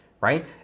right